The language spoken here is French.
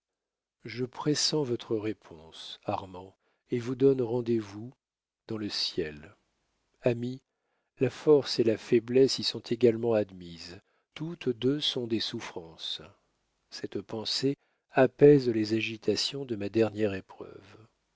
je pressens votre réponse armand et vous donne rendez-vous dans le ciel ami la force et la faiblesse y sont également admises toutes deux sont des souffrances cette pensée apaise les agitations de ma dernière épreuve